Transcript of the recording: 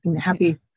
happy